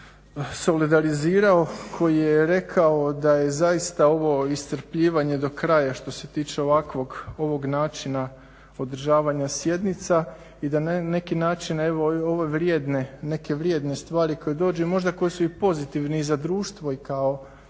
solidarizirao koji je rako da je zaista ovo iscrpljivanje do kraja što se tiče ovakvog ovog načina održavanja sjednica i da na neki način evo ovo neke vrijedne stvari koje dođu i možda koji su i pozitivni i za društvo i kao